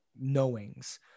knowings